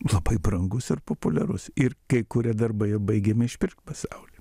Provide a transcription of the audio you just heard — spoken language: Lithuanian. labai brangus ir populiarus ir kai kurie darbai jo baigiami išpirkt pasauly